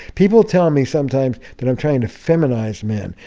people tell me sometimes that i'm trying to feminize men.